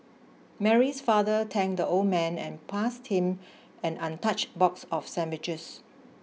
Mary's father thanked the old man and passed him an untouched box of sandwiches